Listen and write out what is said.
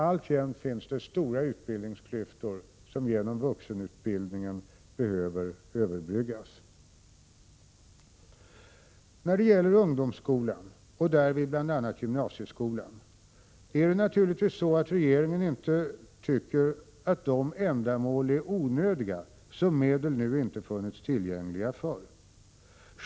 Alltjämt finns det stora utbildningsklyftor som genom vuxenutbildningen behöver överbryggas. När det gäller ungdomsskolan och därvid bl.a. gymnasieskolan tycker regeringen naturligtvis inte att de ändamål är onödiga för vilka medel nu inte funnits tillgängliga.